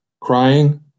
crying